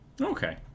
Okay